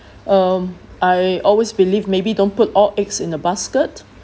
um I always believe maybe don't put all eggs in a basket